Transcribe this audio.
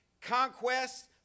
conquests